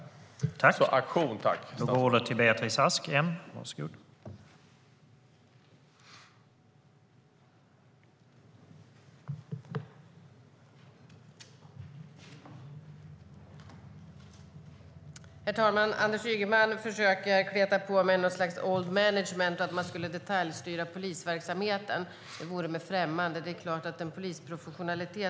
Aktion, tack!